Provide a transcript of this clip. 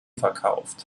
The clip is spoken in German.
verkauft